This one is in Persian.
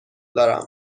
دارم